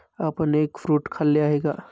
आपण egg fruit खाल्ले आहे का?